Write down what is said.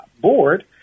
board